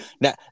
Now